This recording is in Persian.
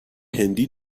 هندی